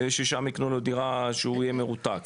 ששם ייקנו לו דירה שהוא יהיה מרותק,